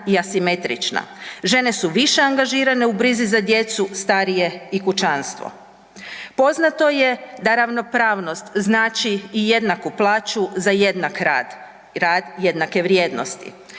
i asimetrična. Žene su više angažirane u brizi za djecu, starije i kućanstvo. Poznato je da ravnopravnost znači i jednaku plaću za jednak rad, rad jednake vrijednosti,